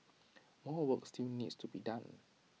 more work still needs to be done